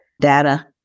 data